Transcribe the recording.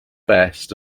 best